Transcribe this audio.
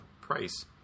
Price